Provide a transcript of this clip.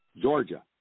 Georgia